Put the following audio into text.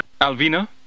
Alvina